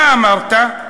מה אמרת?